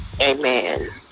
amen